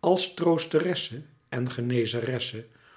als troosteresse en genezeresse